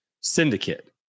syndicate